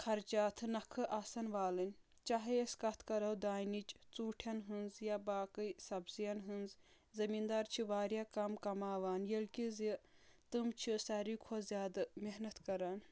خرچات نکھٕ آسان والٕنۍ چاہے أسی کتھ کرو دانِچ ژوٗنٹن ہنز یا باقٕے سبزؠن ہٕنز زٔمیٖندار چھ واریاہ کم کماوان ییٚلہِ کہِ زن تم چھِ ساروے کھۄتہٕ محنت کران